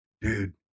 dude